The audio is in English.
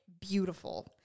beautiful